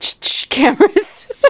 cameras